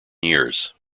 years